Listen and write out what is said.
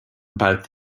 about